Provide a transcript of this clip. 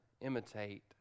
imitate